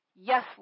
yes